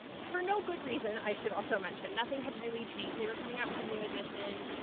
for no good reason, i should also mention. nothing had really changed. they were coming out with a new edition.